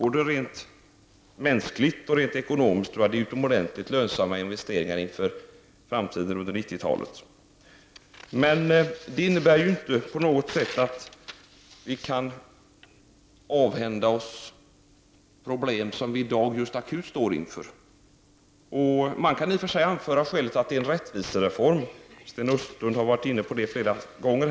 Både rent mänskligt och rent ekonomiskt tror jag att det är utomordentligt lönsamma investeringar inför framtiden och under 90-talet. Det innebär inte på något sätt att vi kan avhända oss akuta problem, som vi i dag står inför. Man kan i och för sig anföra skälet att det är en rättvisereform. Sten Östlund har varit inne på det flera gånger.